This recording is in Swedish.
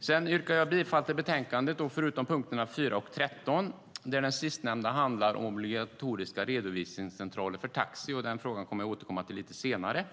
Sedan yrkar jag bifall till förslaget i betänkandet förutom när det gäller punkterna 4 och 13. Den sistnämnda handlar om obligatoriska redovisningscentraler för taxi. Den frågan kommer jag att återkomma till lite senare.